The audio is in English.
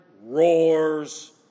roars